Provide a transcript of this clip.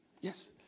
Yes